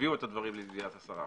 יביאו את הדברים לידיעת השרה.